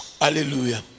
Hallelujah